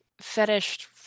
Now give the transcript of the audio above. fetish